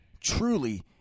truly